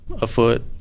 afoot